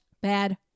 bad